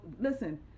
Listen